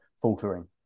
faltering